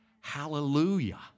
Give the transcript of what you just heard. Hallelujah